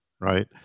Right